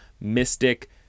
mystic